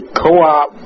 co-op